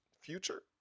future